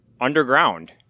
underground